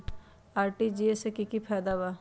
RTGS से की की फायदा बा?